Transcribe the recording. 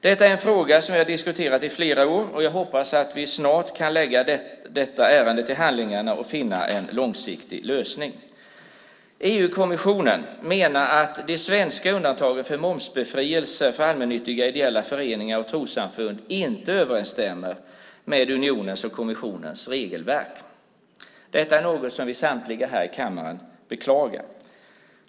Detta är en fråga som vi har diskuterat i flera år, och jag hoppas att vi snart kan lägga detta ärende till handlingarna och finna en långsiktig lösning. EU-kommissionen menar att det svenska undantaget för momsbefrielse för allmännyttiga och ideella föreningar och trossamfund inte överensstämmer med unionens och kommissionens regelverk. Detta är något som vi samtliga här i kammaren beklagar.